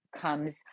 comes